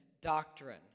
doctrine